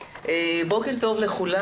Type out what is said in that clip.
בוקר טוב לכולם.